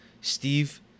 Steve